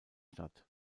statt